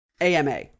AMA